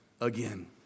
again